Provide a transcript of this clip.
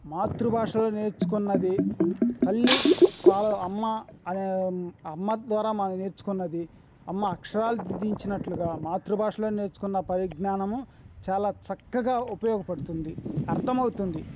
మాతృభాషలో నేర్చుకున్నది తల్లి పాల అమ్మ అనే అమ్మ ద్వారా మనం నేర్చుకున్నది అమ్మ అక్షరాలు దిద్దించినట్లుగా మాతృభాషలో నేర్చుకున్న పరిజ్ఞానము చాలా చక్కగా ఉపయోగపడుతుంది అర్థమవుతుంది